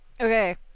Okay